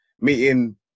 meeting